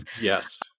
Yes